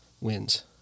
wins